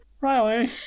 Riley